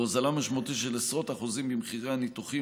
והוזלה משמעותית של עשרות אחוזים במחירי הניתוחים,